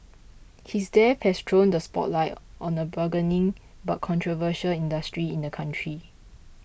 his death has thrown the spotlight on a burgeoning but controversial industry in the country